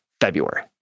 February